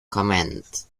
comment